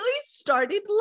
started